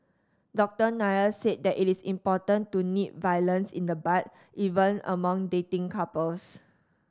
Doctor Nair said that it is important to nip violence in the bud even among dating couples